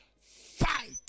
fight